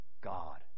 God